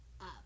up